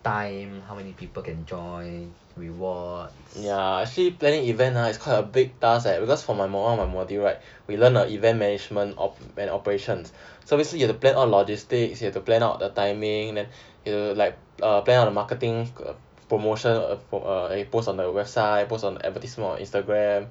time how many people can join reward